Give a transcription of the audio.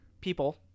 people